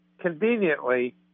conveniently